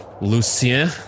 Lucien